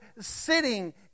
sitting